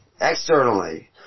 externally